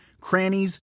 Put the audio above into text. crannies